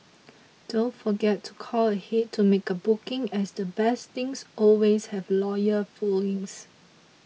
don't forget to call ahead to make a booking as the best things always have loyal followings